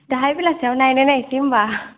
दाहाय बेलासियाव नायनाय नायसै होमबा